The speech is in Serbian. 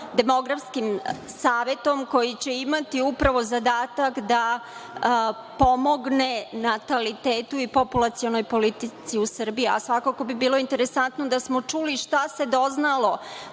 Demografskim savetom koji će imati upravo zadatak da pomogne natalitetu i populacionoj politici u Srbiji, a svakako bi bilo interesantno da smo čuli šta se doznalo,